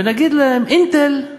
ונגיד להם: "אינטל",